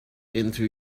into